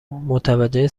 متوجه